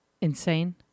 Insane